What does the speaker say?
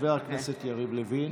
חבר הכנסת יריב לוין?